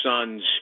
son's